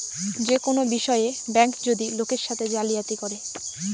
যে কোনো বিষয়ে ব্যাঙ্ক যদি লোকের সাথে জালিয়াতি করে